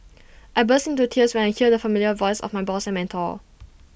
I burst into tears when I heard the familiar voice of my boss and mentor